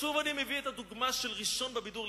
שוב אני מביא את הדוגמה של "הראשון בבידור",